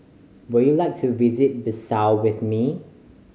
would you like to visit Bissau with me